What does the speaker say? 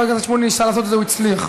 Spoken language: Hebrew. הכנסת שמולי ניסה לעשות את זה הוא הצליח,